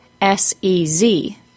S-E-Z